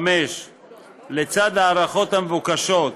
לצד ההארכות המבוקשות,